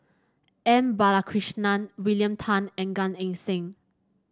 M Balakrishnan William Tan and Gan Eng Seng